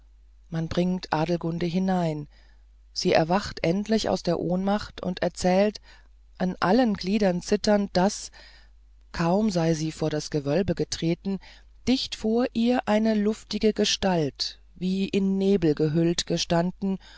man bringt adelgunde hinein sie erwacht endlich aus der ohnmacht und erzählt an allen gliedern zitternd daß kaum sei sie vor das gewölbe getreten dicht vor ihr eine luftige gestalt wie in nebel gehüllt gestanden